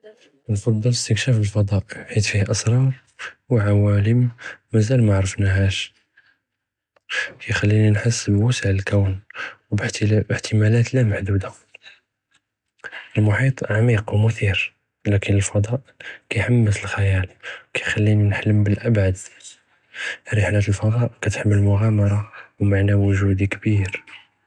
כנפצ׳ל אִסְתִכְּשַאפ לְפְדָּאא חִית פִיה אַסְרַאר וְעַוָאלֶם מַאזַאל מַעְרְפְּנַאהַאש לִי כִּיְחַלִּינִי נְחַס בִּוְסַע לְכּוּנ וּבַּאחֵת וּבִּאִחְתִמַאלַאת לַא מַחְדוּדַה، אֶלְמֻחִיט עַמִיק וּמֻתִ׳יר לַכִּן לְפְדָּאא כִּיְחַמֶּס אֶלְחִ׳יַאל וּכִיְחַלִּינִי נְחְלַם בִּלְאַבְּעַד، רִחְלַת לְפְדָּאא כִּתְחְמֶל מֻעַ'אמַרַה וּמַעְנַא וֻגֻודִי כְּּבִּיר.